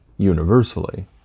universally